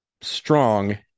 strong